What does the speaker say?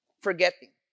Forgetting